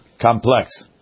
complex